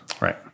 right